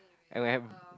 and I have